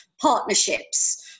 partnerships